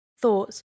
thoughts